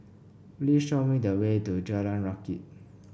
please show me the way to Jalan Rakit